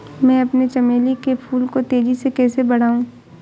मैं अपने चमेली के फूल को तेजी से कैसे बढाऊं?